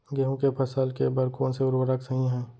गेहूँ के फसल के बर कोन से उर्वरक सही है?